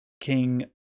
King